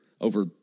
over